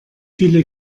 viele